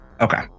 Okay